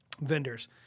vendors